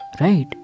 Right